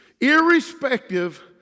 irrespective